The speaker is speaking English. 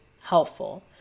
helpful